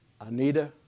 Anita